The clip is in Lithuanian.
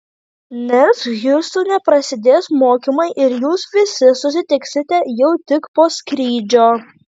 nes hjustone prasidės mokymai ir jūs visi susitiksite jau tik po skrydžio